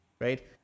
right